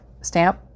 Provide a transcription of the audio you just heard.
stamp